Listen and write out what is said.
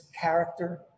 character